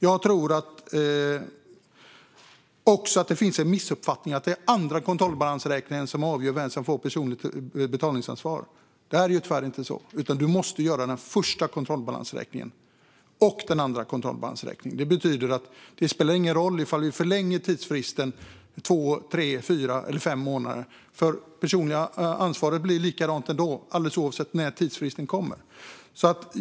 Jag tror att det finns en missuppfattning att det är andra kontrollbalansräkningen som avgör vem som får ett personligt betalningsansvar. Det är tyvärr inte så, utan du måste upprätta den första kontrollbalansräkningen och den andra kontrollbalansräkningen. Det betyder att det inte spelar någon roll om tidsfristen förlängs två, tre, fyra eller fem månader eftersom det personliga ansvaret blir likadant alldeles oavsett när tidsfristen kommer.